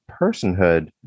personhood